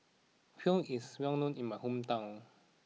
Pho is well known in my hometown